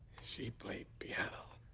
she played piano.